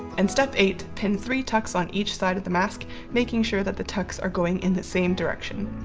and step eight pin three tucks on each side of the mask making sure that the tucks are going in the same direction.